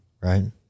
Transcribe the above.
right